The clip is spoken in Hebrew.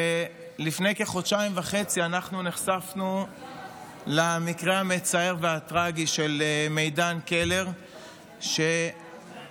לפני כחודשיים וחצי נחשפנו למקרה המצער והטרגי של מידן קלר ז"ל,